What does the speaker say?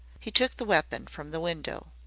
he took the weapon from the window.